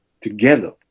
together